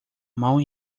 mal